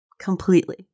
Completely